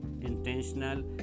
intentional